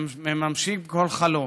מממשים כל חלום.